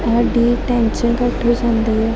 ਸਾਡੀ ਟੈਨਸ਼ਨ ਘੱਟ ਹੋ ਜਾਂਦੀ ਹੈ